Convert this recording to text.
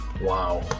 wow